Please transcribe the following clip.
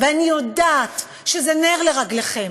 ואני יודעת שזה נר לרגליכם: